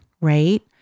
right